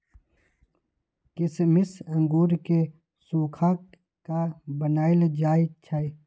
किशमिश अंगूर के सुखा कऽ बनाएल जाइ छइ